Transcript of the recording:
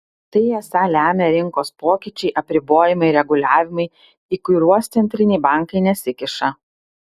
tai esą lemia rinkos pokyčiai apribojimai reguliavimai į kuriuos centriniai bankai nesikiša